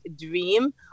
dream